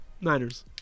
Niners